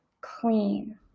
clean